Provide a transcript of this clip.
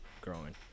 growing